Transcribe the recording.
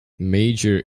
major